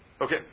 Okay